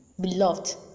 beloved